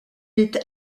est